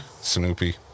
Snoopy